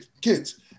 kids